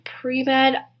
pre-med